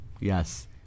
yes